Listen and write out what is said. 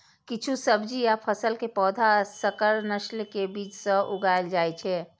किछु सब्जी आ फसल के पौधा संकर नस्ल के बीज सं उगाएल जाइ छै